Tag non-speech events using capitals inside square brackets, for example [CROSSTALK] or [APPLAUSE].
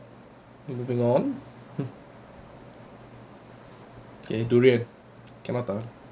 moving on [NOISE] can't eat durian cannot tahan